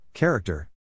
Character